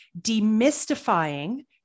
demystifying